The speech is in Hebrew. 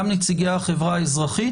גם נציגי החברה האזרחית.